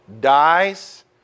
dies